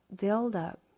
build-up